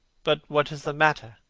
but what is the matter?